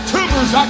Tumors